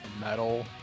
metal